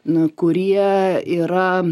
nu kurie yra